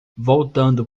voltando